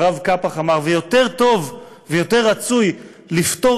והרב קאפח אמר: ויותר טוב ויותר רצוי לפטור